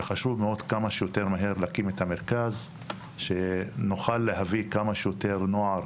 חשוב מאוד כמה שיותר מהר להקים את המרכז שנוכל להביא כמה שיותר נוער